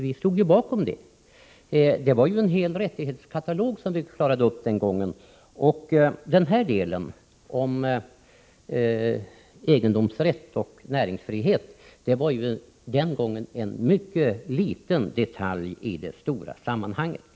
Vi stod ju bakom det, och det var en hel rättighetskatalog som vi den gången tog ställning till. Avsnittet om egendomsrätt och näringsfrihet var vid det tillfället en mycket liten detalj i det stora sammanhanget.